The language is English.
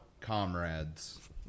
comrades